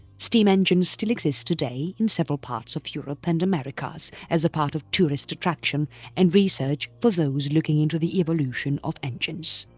steam engines still exist today in several parts of europe and americas as a part of tourist attraction and research for those looking into the evolution of engines.